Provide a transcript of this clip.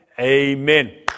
Amen